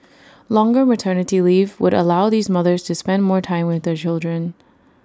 longer maternity leave would allow these mothers to spend more time with their children